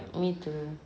me too